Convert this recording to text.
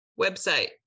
website